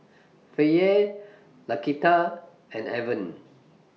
Faye Laquita and Evan